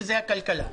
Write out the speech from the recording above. שזה הכלכלה.